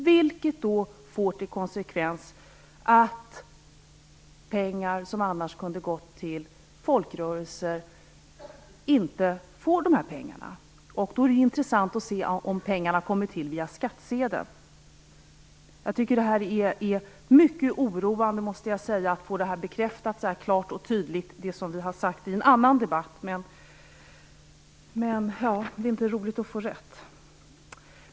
Konsekvensen blir att pengar, som annars kunde ha gått till folkrörelser, inte gör det. Då blir det intressant att se om pengarna kommer till via skattsedeln. Det är mycket oroande att få det som vi har sagt i en annan debatt klart och tydligt bekräftat. Det är alltså inte alltid roligt att få rätt.